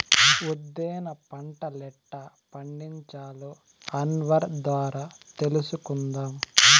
ఉద్దేన పంటలెట్టా పండించాలో అన్వర్ ద్వారా తెలుసుకుందాం